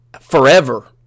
forever